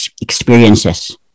experiences